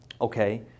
Okay